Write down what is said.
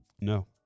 No